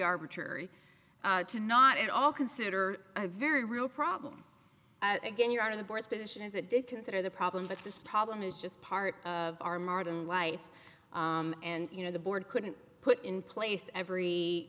arbitrary to not at all consider a very real problem again you're out of the board's position as it did consider the problem but this problem is just part of our martin life and you know the board couldn't put in place every